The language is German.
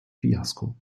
fiasko